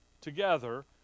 together